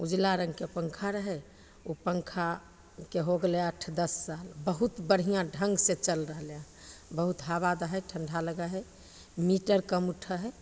उजला रङ्गके पन्खा रहै ओ पन्खाके हो गेलै आठ दस साल बहुत बढ़िआँ ढङ्गसे चलि रहलै हँ बहुत हवा दै हइ ठण्डा लगै हइ मीटर कम उठऽ हइ